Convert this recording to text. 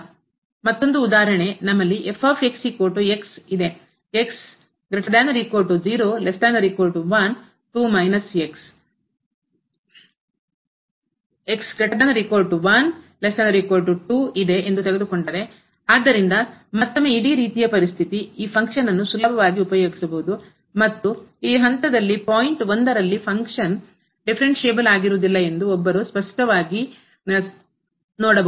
ಮತ್ತೊಂದು ಉದಾಹರಣೆ ನಮ್ಮಲ್ಲಿ ಇದೆ ಎಂದು ತೆಗೆದುಕೊಂಡರೆ ಆದ್ದರಿಂದ ಮತ್ತೊಮ್ಮೆ ಇದೇ ರೀತಿಯ ಪರಿಸ್ಥಿತಿ ಈ ಫಂಕ್ಷನ್ ನ್ನು ಕಾರ್ಯವನ್ನು ಸುಲಭವಾಗಿ ಉಪಯೋಗಿಸಬಹುದು ಮತ್ತು ಈ ಹಂತದಲ್ಲಿಪಾಯಿಂಟ್ ಫಂಕ್ಷನ್ ಕಾರ್ಯವು ಡಿಫರೆನ್ಷಿಯಬಲ್ ಆಗಿರುವುದಿಲ್ಲ ಎಂದು ಒಬ್ಬರು ಸ್ಪಷ್ಟವಾಗಿ ನೋಡಬಹುದು